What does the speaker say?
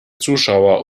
zuschauer